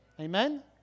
Amen